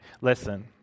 listen